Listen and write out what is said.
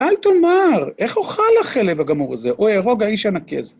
אל תומר, איך אוכל החלב הגמור הזה? או אהרוג האיש הנקי הזה